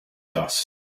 dust